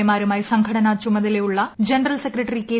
എമാരുമായി സംഘടനാ ചുമതലയുള്ള general secretary K